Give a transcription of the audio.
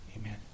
Amen